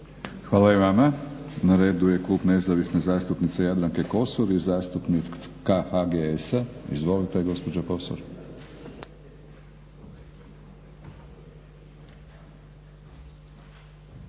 Hvala i vama. Na redu je klub nezavisne zastupnice Jadranke Kosor i zastupnika HGS-a. Izvolite gospođo Kosor.